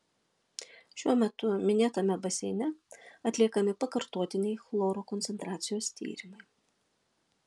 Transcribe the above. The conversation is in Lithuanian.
šiuo metu minėtame baseine atliekami pakartotiniai chloro koncentracijos tyrimai